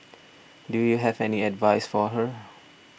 do you have any advice for her